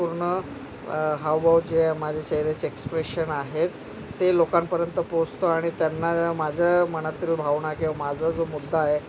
पूर्ण हावभाव जे माझ्या चेहऱ्याचे एक्सप्रेशन आहेत ते लोकांपर्यंत पोहचतो आणि त्यांना माझ्या मनातील भावना किंवा माझा जो मुद्दा आहे